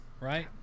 right